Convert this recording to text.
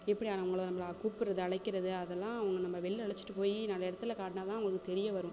எப்படி அவர்கள நம்மள கூப்பிட்றது அழைக்கிறது அதெலாம் அவங்க நம்ம வெளியில் அழைச்சிட்டு போய் நிறைய இடத்துல காட்டினா தான் அவர்களுக்கு தெரிய வரும்